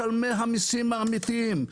משלמי המיסים האמיתיים.